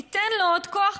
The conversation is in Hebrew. ניתן לו עוד כוח,